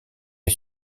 est